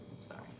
sorry